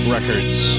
Records